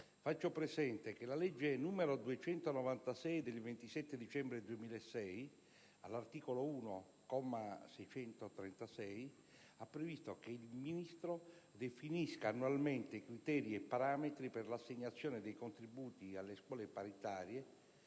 faccio presente che la legge 27 dicembre 2006, n. 296, all'articolo 1, comma 636, ha previsto che il Ministro definisca annualmente criteri e parametri per l'assegnazione dei contributi alle scuole paritarie